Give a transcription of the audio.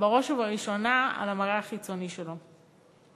בראש ובראשונה על המראה החיצוני שלו.